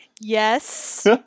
Yes